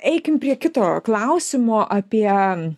eikim prie kito klausimo apie